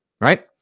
right